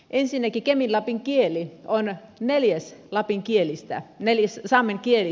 ensinnäkin kemin lapin kieli on neljäs lapin kielistä neljäs saamen kieli